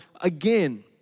again